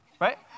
right